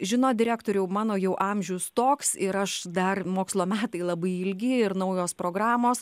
žinot direktoriau mano jau amžius toks ir aš dar mokslo metai labai ilgi ir naujos programos